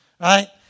right